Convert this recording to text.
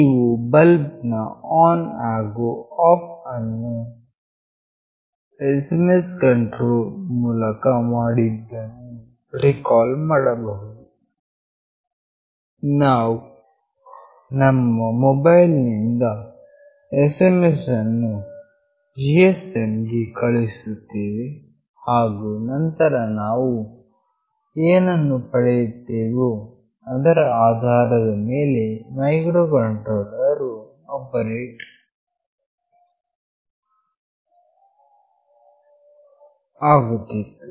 ನೀವು ಬಲ್ಬ್ ನ ಆನ್ ಹಾಗು ಆಫ್ ಅನ್ನು SMS ಕಂಟ್ರೋಲ್ ಮೂಲಕ ಮಾಡಿದ್ದನ್ನು ರಿಕಾಲ್ ಮಾಡಬಹುದು ನಾವು ನಮ್ಮ ಮೊಬೈಲ್ ನಿಂದ SMS ಅನ್ನು GSM ಗೆ ಕಳುಹಿಸುತ್ತೇವೆ ಹಾಗು ನಂತರ ನಾವು ಏನನ್ನು ಪಡೆಯುತ್ತೇವೆಯೋ ಅದರ ಆಧಾರದ ಮೇಲೆ ಮೈಕ್ರೋ ಕಂಟ್ರೋಲರ್ ವು ಆಪರೇಟ್ ಆಗುತ್ತಿತ್ತು